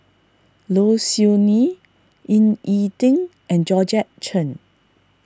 Low Siew Nghee Ying E Ding and Georgette Chen